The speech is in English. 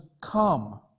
come